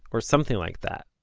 or something like that.